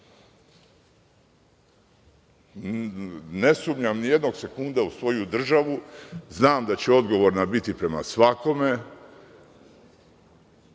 sumnjam nijednog sekunda u svoju državu. Znam da će odgovorna biti prema svakome.